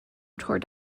tore